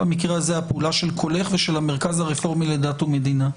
במקרה הזה הפעולה של "קולך" ושל ה"מרכז הרפורמי לדת ומדינה".